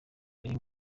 rimwe